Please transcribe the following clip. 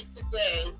Today